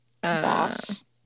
boss